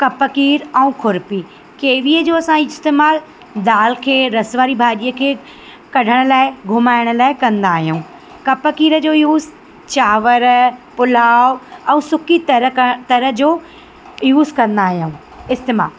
कपकीर ऐं खुर्पी केवीअ जो असां इस्तेमालु दाल खे रस वारी भाॼीअ खे कढण लाइ घुमाइण लाइ कंदा आहियूं कपकीर जो यूस चांवर पुलाव ऐं सुकी तरक तर जो यूस कंदा आहियूं इस्तेमालु